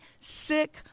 sick